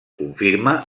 confirma